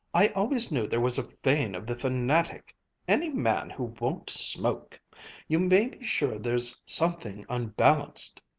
i always knew there was a vein of the fanatic any man who won't smoke you may be sure there's something unbalanced!